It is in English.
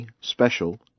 Special